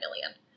million